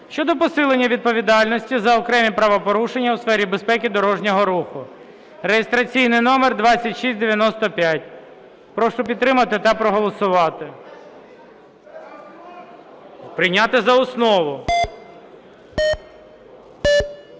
щодо посилення відповідальності за окремі правопорушення у сфері безпеки дорожнього руху (реєстраційний номер 2695). Прошу підтримати та проголосувати. Прийняти за основу.